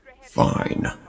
Fine